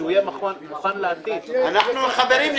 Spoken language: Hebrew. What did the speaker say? חברים,